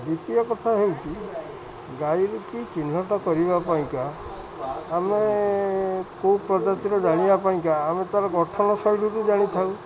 ଦ୍ୱିତୀୟ କଥା ହେଉଛି ଗାଈରୁ କି ଚିହ୍ନଟ କରିବା ପାଇଁକା ଆମେ କେଉଁ ପ୍ରଜାତିର ଜାଣିବା ପାଇଁକା ଆମେ ତା'ର ଗଠନ ଶୈଳୀରୁ ଜାଣିଥାଉ